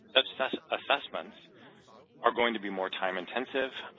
assessments are going to be more time-intensive,